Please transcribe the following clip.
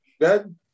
Good